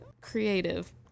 Creative